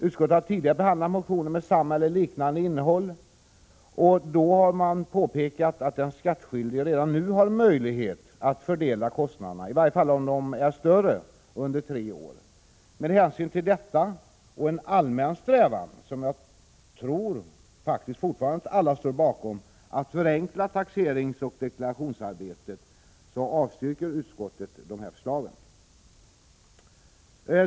Utskottet har tidigare behandlat motioner med samma eller liknande innehåll och har då påpekat att den skattskyldige redan nu har möjlighet att fördela kostnaderna, i varje fall om de är större, under tre år. Med hänsyn till detta och en allmän strävan — som jag tror att alla fortfarande står bakom — att förenkla taxeringsoch deklarationsarbetet avstyrker utskottet dessa förslag.